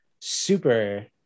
super